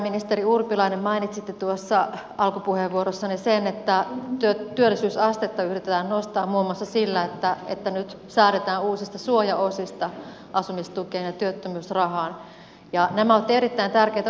valtiovarainministeri urpilainen mainitsitte alkupuheenvuorossanne sen että työllisyysastetta yritetään nostaa muun muassa sillä että nyt säädetään uusista suojaosista asumistukeen ja työttömyysrahaan ja nämä ovat erittäin tärkeitä uudistuksia